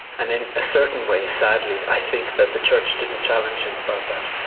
and in a certain way, sadly, i think that the church didn't challenge him about that,